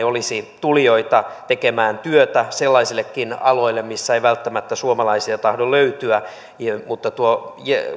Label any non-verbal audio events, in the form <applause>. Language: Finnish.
<unintelligible> olisi tulijoita tekemään työtä sellaisillekin alueille missä ei välttämättä suomalaisia tahdo löytyä mutta tuo